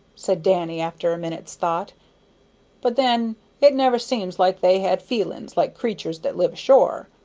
said danny after a minute's thought but then it never seems like they had feelin's like creatur's that live ashore.